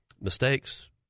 mistakes